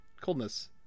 coldness